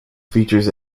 features